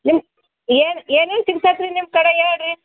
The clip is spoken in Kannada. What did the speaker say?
ನಿಮ್ಮ ಏನು ಏನೇನು ಸಿಗ್ತೈತೆ ರೀ ನಿಮ್ಮ ಕಡೆ ಹೇಳ್ರಿ